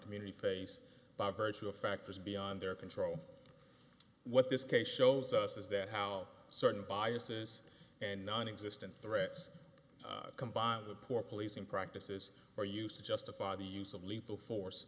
community face by virtue of factors beyond their control what this case shows us is that how certain biases and nonexistent threats combine the poor policing practices are used to justify the use of lethal force